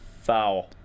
Foul